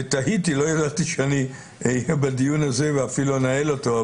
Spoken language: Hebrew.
לא ידעתי שאני אהיה בדיון הזה ואפילו אנהל אותו,